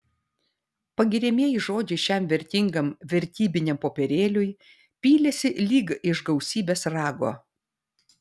pagiriamieji žodžiai šiam vertingam vertybiniam popierėliui pylėsi lyg iš gausybės rago